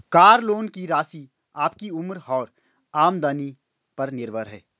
car loan की राशि आपकी उम्र और आमदनी पर निर्भर है